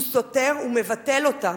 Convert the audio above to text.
הוא סותר ומבטל אותם.